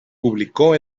publicó